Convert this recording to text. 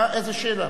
איזו שאלה,